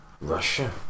Russia